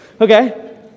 Okay